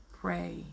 pray